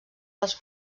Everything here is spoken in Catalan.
dels